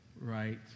right